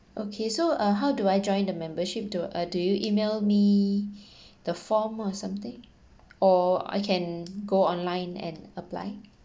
okay so uh how do I join the membership do uh do you email me the form or something or I can go online and apply